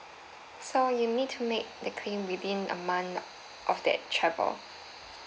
so you need to make the claim within a month of that travel